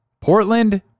Portland